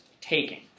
taking